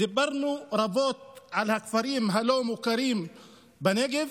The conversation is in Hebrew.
דיברנו רבות על הכפרים הלא-מוכרים בנגב.